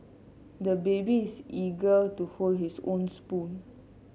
the baby is eager to hold his own spoon